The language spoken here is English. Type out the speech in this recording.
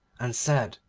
and said,